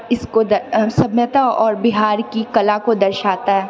इसके सभ्यता और बिहार की कला को दर्शाता है